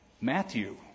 Matthew